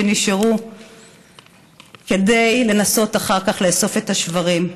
שנשארו כדי לנסות אחר כך לאסוף את השברים.